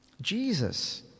Jesus